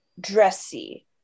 dressy